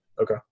Okay